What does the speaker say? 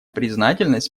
признательность